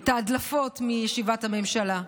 את ההדלפות מישיבת הממשלה.